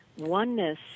Oneness